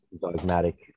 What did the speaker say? dogmatic